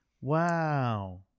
Wow